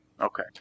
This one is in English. Okay